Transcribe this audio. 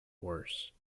worse